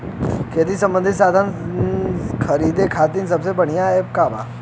खेती से सबंधित साधन खरीदे खाती सबसे बढ़ियां एप कवन ह?